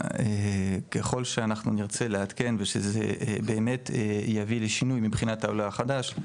ככל שאנחנו נרצה לעדכן ושזה באמת יביא לשינוי מבחינת העולה החדש,